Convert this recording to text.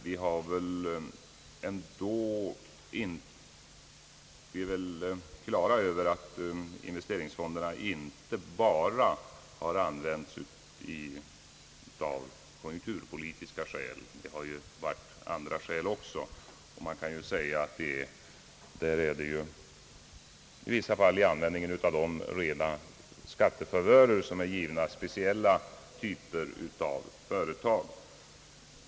Vi är emellertid klara över att investeringsfonderna inte bara har använts av konjunkturpolitiska skäl, utan det har även funnits andra skäl. Man kan påstå att i vissa fall är användningen av dem rena skattefavörer åt speciella typer av företag.